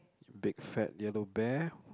big fat yellow bear